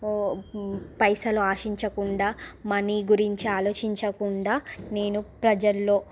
పైసలు ఆశించకుండా మనీ గురించి ఆలోచించకుండా నేను ప్రజల్లో